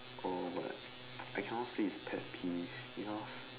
oh but I cannot say it's pet peeve because